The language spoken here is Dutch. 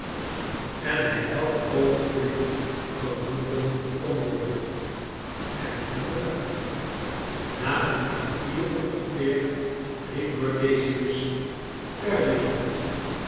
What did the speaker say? en hij elk oogenblik geroepen kon worden en inderdaad na een kwartier ongeveer riep lord decimus ferdinand